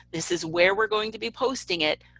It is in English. this is where we're going to be posting it,